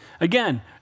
Again